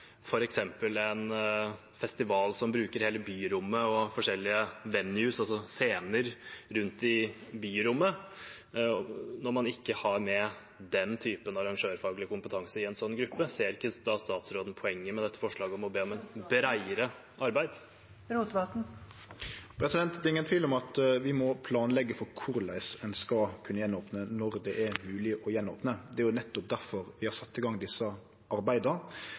en festival som bruker hele byrommet og forskjellige scener rundt i byrommet, når man ikke har med den type arrangørfaglig kompetanse i en sånn gruppe? Ser ikke statsråden poenget med dette forslaget om å be om et bredere arbeid? Det er ingen tvil om at vi må planleggje for korleis ein skal kunne opne igjen når det er mogleg å opne igjen. Det er nettopp difor vi har sett i gang desse arbeida,